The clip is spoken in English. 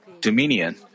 dominion